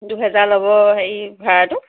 দুহেজাৰ ল'ব হেৰি ভাড়াটো